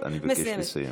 אבל אני מבקש לסיים.